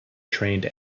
trained